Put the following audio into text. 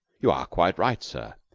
you are quite right, sir.